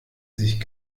sich